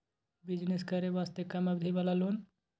Business करे वास्ते कम अवधि वाला लोन?